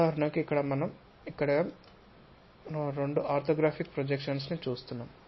ఉదాహరణకు ఇక్కడ మనం రెండు ఆర్థోగ్రాఫిక్ ప్రొజెక్షన్స్ ని చూపిస్తున్నాం